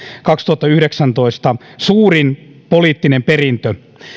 kaksituhattayhdeksäntoista suurin poliittinen perintö